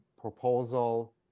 proposal